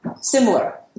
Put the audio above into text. similar